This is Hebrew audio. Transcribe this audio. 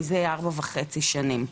מזה ארבע וחצי שנים.